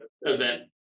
event